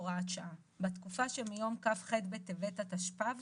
הוראת שעה 1. בתקופה שמיום כ"ח בטבת התשפ"ב